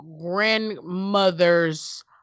grandmother's